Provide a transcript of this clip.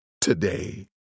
Today